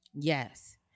Yes